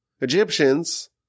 Egyptians